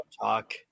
talk